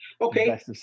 Okay